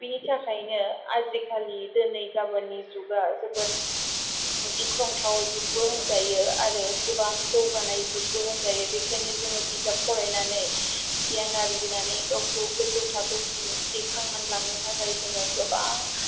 बेनि थाखाइनो आजिखालि दिनै गाबोननि जुगा जोबोद ग्रिख्रंथाव जुगबो होनजायो आरो गोबां जौगानाय जुगबो होनजायो बेखायनो जोङो बिजाब फरायनानै गियान आरजिनानै गावखौ गोजौ थाखोसिम दैखांना लांनो थाखाइ जोङो गोबां